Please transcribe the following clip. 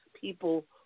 people